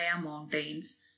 mountains